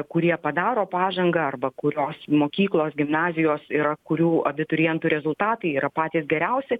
kurie padaro pažangą arba kurios mokyklos gimnazijos yra kurių abiturientų rezultatai yra patys geriausi